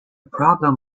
problem